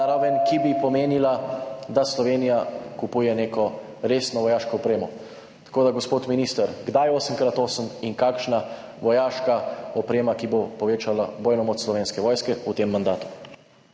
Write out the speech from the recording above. ki bi pomenila, da Slovenija kupuje neko resno vojaško opremo. Gospod minister, sprašujem: Kdaj 8x8 in kakšna vojaška oprema, ki bo povečala bojno moč Slovenske vojske, v tem mandatu?